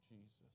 Jesus